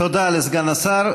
תודה לסגן השר.